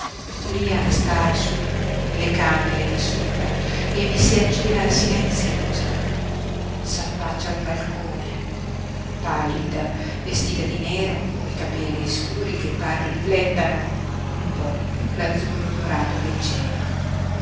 lia sta su nelle camere di sopra e vi si aggira silenziosa s'affaccia al balcone pallida vestita di nero coi capelli scuri che par riflettano un po l'azzurro dorato del cielo